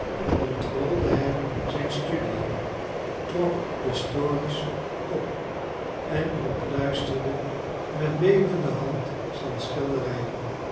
ontrolde hij zijn studiën trok de stores op en ontsluierde met bevende hand zijn schilderij